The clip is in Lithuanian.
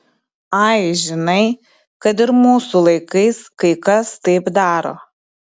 ai žinai kad ir mūsų laikais kai kas taip daro